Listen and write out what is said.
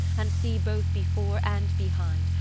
and see both before and behind,